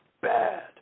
bad